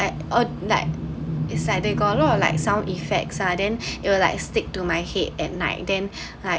like all like inside they got a lot of like sound effects uh then it will like stick to my head at night then like